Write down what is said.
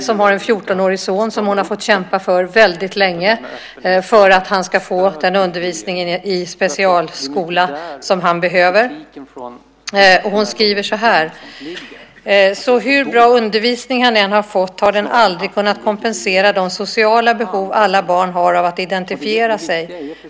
Hon har en 14-årig son som hon har fått kämpa för väldigt länge för att han ska få den undervisning i specialskola som han behöver. Hon skriver så här: Så hur bra undervisning han än har fått har den aldrig kunnat kompensera de sociala behov alla barn har av att identifiera sig.